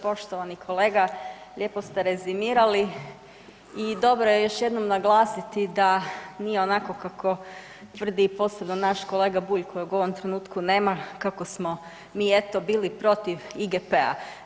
Poštovani kolega, lijepo ste rezimirali i dobro je još jednom naglasiti da nije onako kako tvrdi i ... naš kolega Bulj kojeg u ovom trenutku nema, kako smo mi, eto, bili protiv IGP-a.